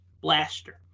blaster